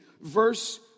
verse